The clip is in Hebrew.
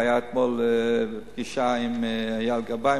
היתה אתמול פגישה עם אייל גבאי,